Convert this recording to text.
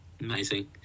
amazing